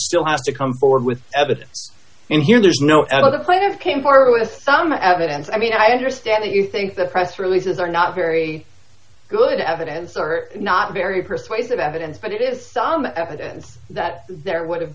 still has to come forward with evidence and here there's no a lot of players came forward with some evidence i mean i understand that you think the press releases are not very good evidence or not very persuasive evidence but it is some evidence that there would have